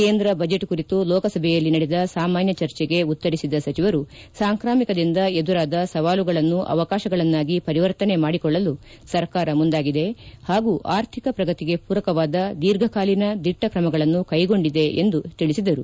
ಕೇಂದ್ರ ಬಜೆಟ್ ಕುರಿತು ಲೋಕಸಭೆಯಲ್ಲಿ ನಡೆದ ಸಾಮಾನ್ಯ ಚರ್ಚೆಗೆ ಉತ್ತರಿಸಿದ ಸಚಿವರು ಸಾಂಕ್ರಾಮಿಕದಿಂದ ಎದುರಾದ ಸವಾಲುಗಳನ್ನು ಅವಕಾಶಗಳನ್ನಾಗಿ ಪರಿವರ್ತನೆ ಮಾಡಿಕೊಳ್ಳಲು ಸರ್ಕಾರ ಮುಂದಾಗಿದೆ ಹಾಗೂ ಆರ್ಥಿಕ ಪ್ರಗತಿಗೆ ಪೂರಕವಾದ ದೀರ್ಘಕಾಲೀನ ದಿಟ್ಟ ಕ್ರಮಗಳನ್ನು ಕೈಗೊಂಡಿದೆ ಎಂದು ಹೇಳದರು